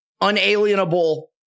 unalienable